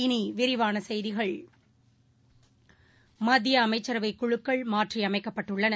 இனிவிரிவானசெய்திகள் மத்தியஅமைச்சரவைக் குழுக்கள் மாற்றியமைக்கப்பட்டுள்ளன